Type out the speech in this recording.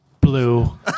Blue